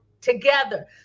together